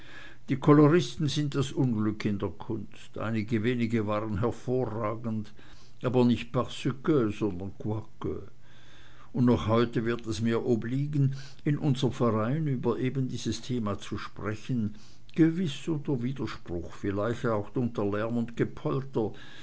die koloristen sind das unglück in der kunst einige wenige waren hervorragend aber nicht parce que sondern quoique noch heute wird es mir obliegen in unserm verein über eben dieses thema zu sprechen gewiß unter widerspruch vielleicht auch unter lärm und gepolter